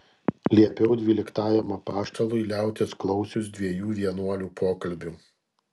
liepiau dvyliktajam apaštalui liautis klausius dviejų vienuolių pokalbių